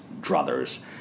druthers